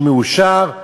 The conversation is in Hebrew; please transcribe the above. שמאושר,